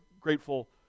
Grateful